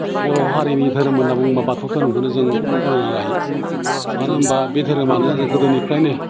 बर' हारिनि दोहोरोम होनबा बुंबा बाथौ दोहोरोमखौनो जों गनायना लायो मानो होनबा बे दोहोरोमानो गोदोनिफ्रायनो